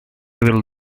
will